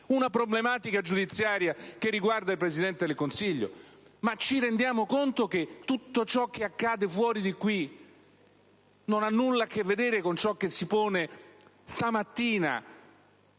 una problematica giudiziaria che riguarda il Presidente del Consiglio. Ma ci rendiamo conto che tutto ciò che accade fuori di qui non ha nulla a che vedere con ciò che si pone stamattina